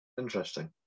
interesting